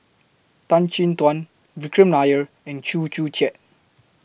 Tan Chin Tuan Vikram Nair and Chew Joo Chiat